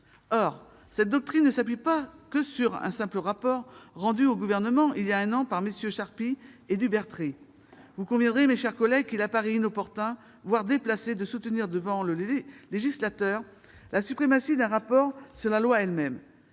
Or cette doctrine s'appuie sur un simple rapport rendu au Gouvernement il y a un an par MM. Charpy et Dubertret. Vous conviendrez, mes chers collègues, qu'il apparaît inopportun, voire déplacé, de soutenir devant le législateur la suprématie d'un rapport sur la loi elle-même